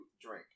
Drink